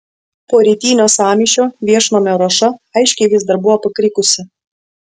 po rytinio sąmyšio viešnamio ruoša aiškiai vis dar buvo pakrikusi